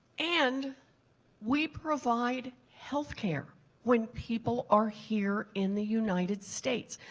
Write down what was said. and we provide healthcare when people are here in the united states.